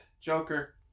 Joker